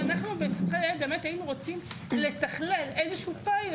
ואנחנו בשמחה לילד באמת היינו רוצים לתכלל איזשהו פיילוט,